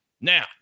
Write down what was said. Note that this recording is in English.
now